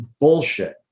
Bullshit